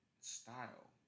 style